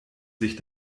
sich